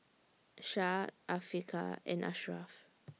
Syah Afiqah and Ashraf